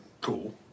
cool